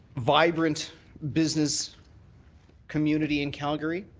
vibrant business community in calgary.